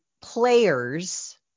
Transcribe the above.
players